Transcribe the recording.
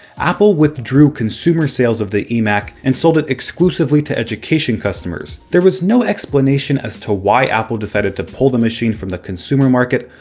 apple withdrew consumer sales of the emac and sold it exclusively to education customers. there was no explanation as to why apple decided to pull the machine from the consumer market,